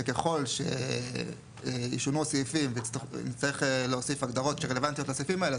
שככל שישונו הסעיפים נצטרך להוסיף הגדרות שרלוונטיות לסעיפים האלה,